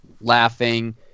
laughing